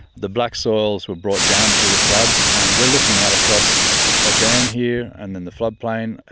the black soils were brought down through the floods and we're looking out across a dam here and then the floodplain,